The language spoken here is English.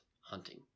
hunting